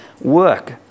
work